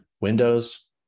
Windows